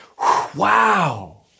Wow